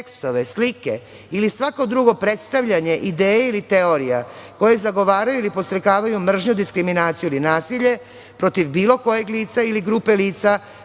tekstove, slike ili svako drugo predstavljanje ideje ili teorija koje zagovaraju ili podstrekavaju mržnju, diskriminaciju ili nasilje protiv bilo kojeg lica ili grupe lica